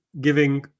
giving